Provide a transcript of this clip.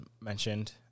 mentioned